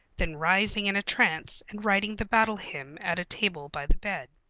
then rising in a trance and writing the battle hymn at a table by the bed.